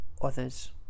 others